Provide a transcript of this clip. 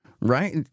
Right